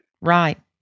Right